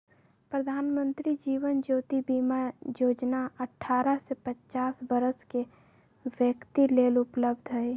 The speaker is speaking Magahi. प्रधानमंत्री जीवन ज्योति बीमा जोजना अठारह से पचास वरस के व्यक्तिय लेल उपलब्ध हई